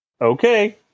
Okay